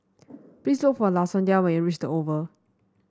please look for Lasonya when you reach the Oval